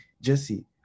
Jesse